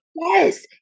yes